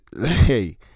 hey